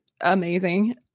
amazing